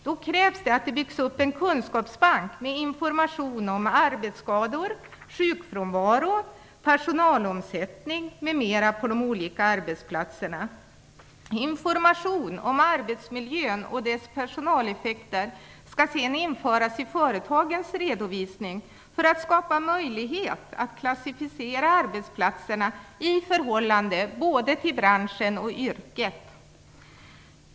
Då krävs det att det byggs upp en kunskapsbank med information om arbetsskador, sjukfrånvaro, personalomsättning, m.m. på de olika arbetsplatserna. Information om arbetsmiljön och dess personaleffekter skall sedan föras in i företagens redovisning för att skapa möjlighet att klassificera arbetsplatserna i förhållande både till branschen och till yrket.